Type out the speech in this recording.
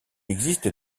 existe